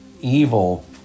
evil